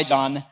John